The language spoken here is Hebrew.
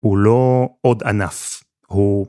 הוא לא עוד ענף, הוא...